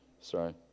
Sorry